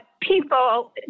people